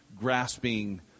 grasping